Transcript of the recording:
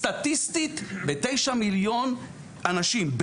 סטטיסטית בתשעה מיליון אנשים,